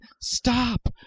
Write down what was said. Stop